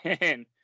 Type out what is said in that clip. man